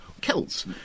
Celts